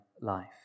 life